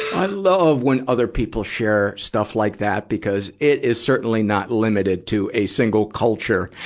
i love when other people share stuff like that because it is certainly not limited to a single culture.